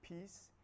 peace